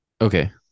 Okay